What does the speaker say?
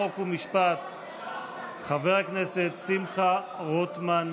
חוק ומשפט חבר הכנסת שמחה רוטמן,